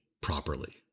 properly